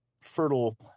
fertile